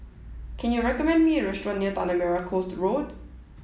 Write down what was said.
can you recommend me a restaurant near Tanah Merah Coast Road